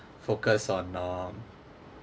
focus on um